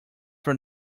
from